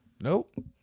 Nope